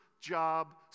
job